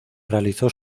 realizó